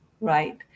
right